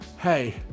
Hey